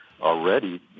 already